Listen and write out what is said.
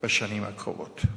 בשנים הקרובות.